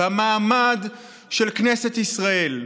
במעמד של כנסת ישראל.